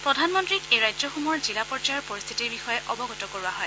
প্ৰধানমন্ত্ৰীক এই ৰাজ্যসমূহৰ জিলা পৰ্যায়ৰ পৰিশ্বিতিৰ বিষয়ে অৱগত কৰোৱা হয়